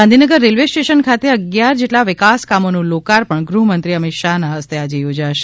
Gandhinagar railway station ખાતે અગિયાર જેટલા વિકાસ કામોનું લોકાર્પણ ગૃહમંત્રી અમિત શાહના હસ્તે આજે યોજાશે